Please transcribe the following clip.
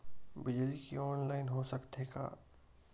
बिजली के ऑनलाइन हो सकथे का?